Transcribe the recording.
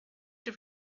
have